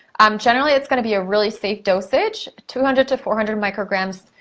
um generally, it's gonna be a really safe dosage, two hundred to four hundred micrograms,